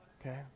okay